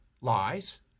lies